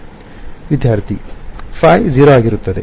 ವಿದ್ಯಾರ್ಥಿ ϕ 0 ಆಗಿರುತ್ತದೆ